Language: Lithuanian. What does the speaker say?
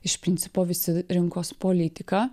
iš principo visi rinkos politiką